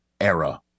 era